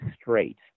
straight